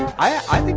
i